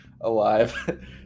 alive